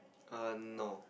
err no